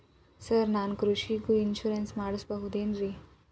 Sir ನಾನು ಕೃಷಿಗೂ insurance ಮಾಡಸಬಹುದೇನ್ರಿ?